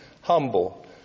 humble